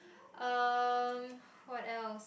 um what else